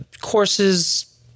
courses